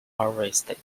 arrested